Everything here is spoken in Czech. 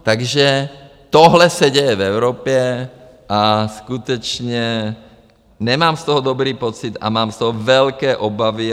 Takže tohle se děje v Evropě a skutečně nemám z toho dobrý pocit a mám z toho velké obavy.